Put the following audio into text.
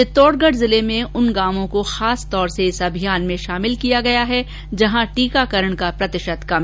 चित्तौड़गढ जिले में उन गांवों को खासतौर से इस अभियान में शामिल किया गया है जहॉ टीकाकरण का प्रतिशत कम है